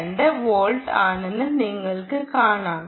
22 volt ആണെന്ന് നിങ്ങൾക്ക് കാണാം